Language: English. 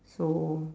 so